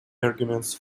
arguments